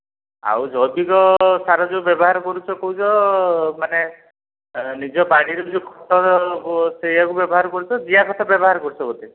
ଆଉ ଜୈବିକ ସାର ଯେଉଁ ବ୍ୟବହାର କରୁଛ କହୁଛ ମାନେ ନିଜ ବାରିରୁ ଯେଉଁ ଖତ ସେୟାକୁ ବ୍ୟବହାର କରୁଛ ଜିଆ ଖତ ବ୍ୟବହାର କରୁଛ ବୋଧେ